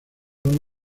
aún